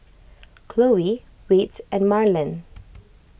Khloe Whit and Marland